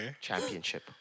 championship